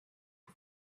who